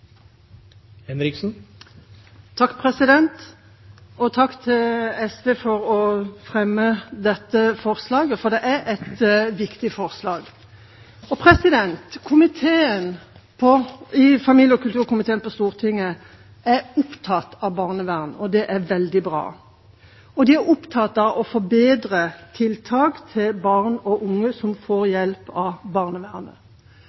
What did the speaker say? hun refererte til. Takk til SV for at de fremmer dette representantforslaget, for det er et viktig forslag. Familie- og kulturkomiteen på Stortinget er opptatt av barnevern, og det er veldig bra. De er opptatt av å forbedre tiltak for barn og unge som får